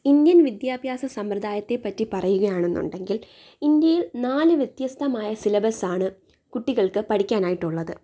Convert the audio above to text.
Indian വിദ്യഭ്യാസ സമ്പ്രദായത്തെ പറ്റി പറയുകയാണെന്നുണ്ടെങ്കില് ഇന്ത്യയിൽ നാല് വ്യത്യസ്തമായ സിലബസ് ആണ് കുട്ടികള്ക്ക് പഠിക്കാനായിട്ട് ഉള്ളത്